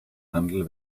handel